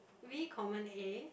really common A